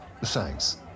Thanks